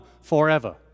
forever